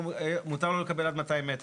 מותר לו לקבל עד 200 מ"ר.